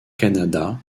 canada